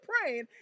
praying